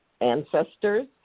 ancestors